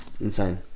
insane